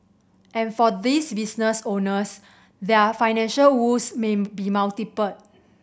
and for these business owners their financial woes may be multiple